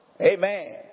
Amen